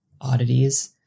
oddities